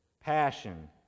passion